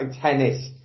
tennis